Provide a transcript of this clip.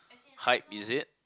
hype is it